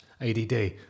ADD